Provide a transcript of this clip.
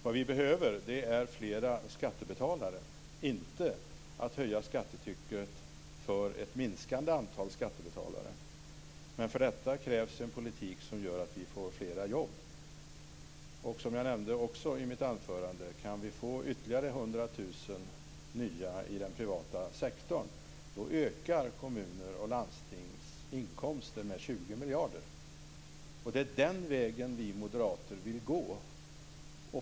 Vad vi behöver är flera skattebetalare, inte att höja skattetrycket för ett minskande antal skattebetalare. Men för detta krävs en politik som gör att vi får fler jobb. Kan vi få, som jag också nämnde i mitt anförande, ytterligare 100 000 nya jobb i den privata sektorn ökar kommuners och landstings inkomster med 20 miljarder. Det är den vägen vi moderater vill gå.